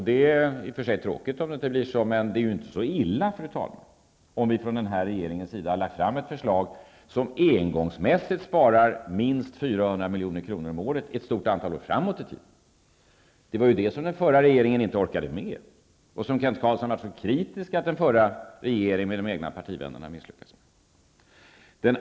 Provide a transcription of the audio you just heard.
Det är i och för sig tråkigt om det inte blir större, men det är ju inte så illa, fru talman, om den nuvarande regeringen har lagt fram ett förslag som engångsmässigt sparar minst 400 milj.kr. om året under ett antal år framåt i tiden. Det orkade inte den förra regeringen med, och Kent Carlsson var ju kritisk mot att den förra regeringen och partivännerna misslyckades med det.